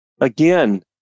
Again